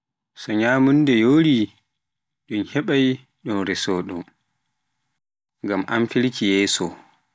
so nyamnda yoori, un hebdai un reeso ɗum ngam afirki yeeso.